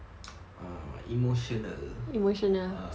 err emotional ah ya you can express your your feelings lah kan